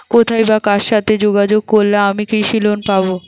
কোথায় বা কার সাথে যোগাযোগ করলে আমি কৃষি লোন পাব?